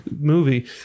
movie